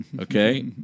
okay